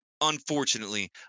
Unfortunately